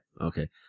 Okay